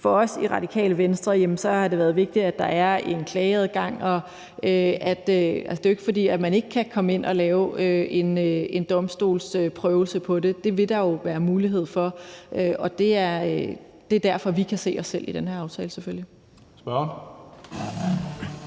For os i Radikale Venstre har det været vigtigt, at der er en klageadgang. Det er jo ikke, fordi man ikke kan komme ind og lave en domstolsprøvelse af det. Det vil der være mulighed for, og det er selvfølgelig derfor, vi kan se os selv i den her aftale. Kl.